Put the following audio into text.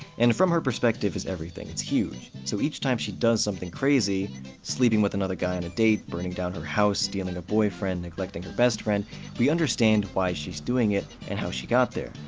and from her perspective is everything, it's huge. so each time she does something crazy sleeping with another guy on a date, burning down her house, stealing a boyfriend, neglecting her best friend we understand why she's doing it, and how she got there.